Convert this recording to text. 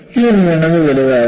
ഈ ന്യൂനത വലുതാകുന്നു